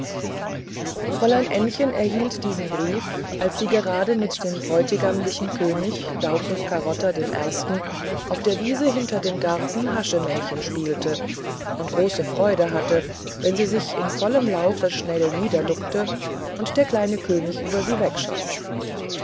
fräulein ännchen erhielt diesen brief als sie gerade mit dem bräutigamlichen könig daucus carota dem ersten auf der wiese hinter dem garten haschemännchen spielte und große freude hatte wenn sie sich in vollem lauf schnell niederduckte und der kleine könig über sie wegschoß